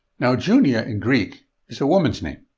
now junia in greek is a woman's name.